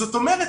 זאת אומרת,